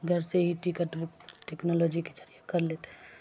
گھر سے ہی ٹکٹ بک ٹکنالوجی کے ذریعے کر لیتے ہیں